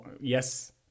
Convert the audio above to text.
yes